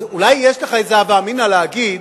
אז אולי יש לך איזה הווה אמינא להגיד: